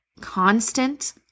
constant